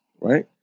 Right